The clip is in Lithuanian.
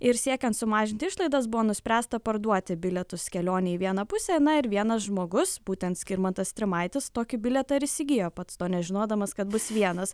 ir siekiant sumažinti išlaidas buvo nuspręsta parduoti bilietus kelionei į vieną pusę na ir vienas žmogus būtent skirmantas strimaitis tokį bilietą ir įsigijo pats to nežinodamas kad bus vienas